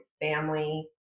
family